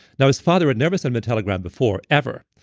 now his father had never sent a telegram before ever.